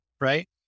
right